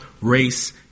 race